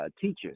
teachers